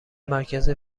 مرکز